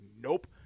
nope